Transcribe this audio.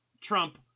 Trump